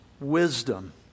wisdom